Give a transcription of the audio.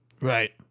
Right